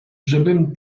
żebym